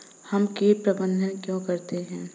हम कीट प्रबंधन क्यों करते हैं?